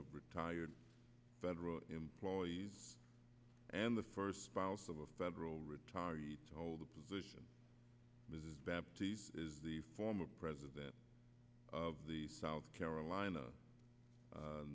of retired federal employees and the first spouse of a federal retire to hold a position the former president of the south carolina